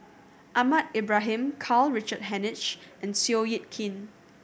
Ahmad Ibrahim Karl Richard Hanitsch and Seow Yit Kin